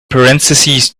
parentheses